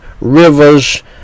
rivers